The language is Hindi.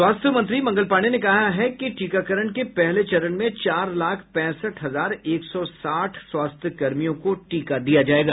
स्वास्थ्य मंत्री मंगल पांडेय ने कहा कि टीकाकरण के पहले चरण में चार लाख पैंसठ हजार एक सौ साठ स्वास्थ्य कर्मियों को टीका दिया जाएगा